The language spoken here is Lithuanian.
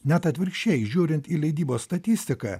net atvirkščiai žiūrint į leidybos statistiką